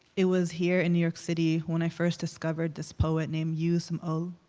it was here in new york city when i first discovered this poet named u sam oeur,